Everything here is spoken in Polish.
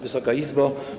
Wysoka Izbo!